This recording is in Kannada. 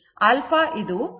ಆದ್ದರಿಂದ α ಇದು 40